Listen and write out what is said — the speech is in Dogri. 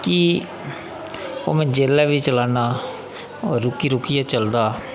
कि ओह् जिसलै बी चलना ओह् रुकी रुक्कियै चलदा